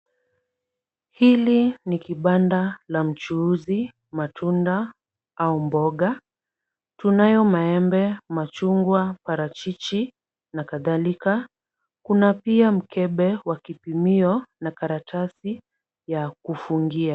Hili ni kipanda la mchuzi, matunda, au mboga, tunayo maembe, machungwa, parachichi, na kadhalika, kuna pia mkebe wa kipimio na karatasi ya kufungia.